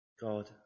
God